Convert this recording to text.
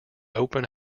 open